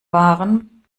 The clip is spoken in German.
waren